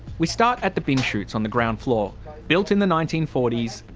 we start at the bin chutes on the ground floor built in the nineteen forty s.